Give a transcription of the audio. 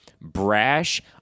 Brash